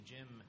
Jim